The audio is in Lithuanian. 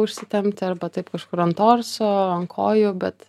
užsitempti arba taip kažkur ant torso ant kojų bet